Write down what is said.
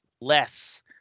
less